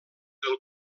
del